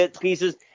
pieces